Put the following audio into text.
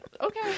okay